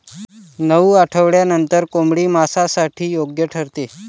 नऊ आठवड्यांनंतर कोंबडी मांसासाठी योग्य ठरते